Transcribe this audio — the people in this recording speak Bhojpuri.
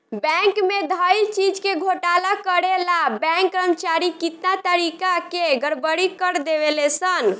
बैंक में धइल चीज के घोटाला करे ला बैंक कर्मचारी कितना तारिका के गड़बड़ी कर देवे ले सन